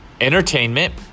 Entertainment